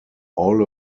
all